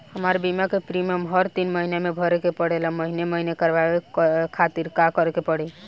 हमार बीमा के प्रीमियम हर तीन महिना में भरे के पड़ेला महीने महीने करवाए खातिर का करे के पड़ी?